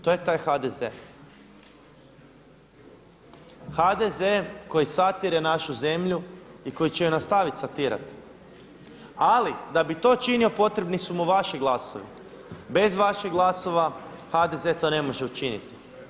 To je taj HDZ, HDZ koji satire našu zemlju i koji će ju nastaviti satirat, ali da bi to činio potrebni su mu vaši glasovi, bez vaših glasova HDZ to ne može učiniti.